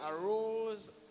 arose